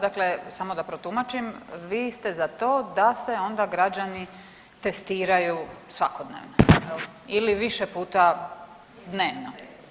Dakle samo da protumačim, vi ste za to da se onda građani testiraju svakodnevno jel ili više puta dnevno.